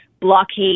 Blockade